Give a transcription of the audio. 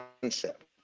concept